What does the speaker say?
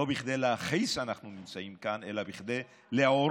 לא כדי להכעיס אנחנו נמצאים כאן אלא כדי לעורר.